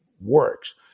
works